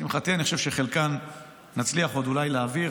לשמחתי, אני חושב שאת חלקן עוד נצליח אולי להעביר.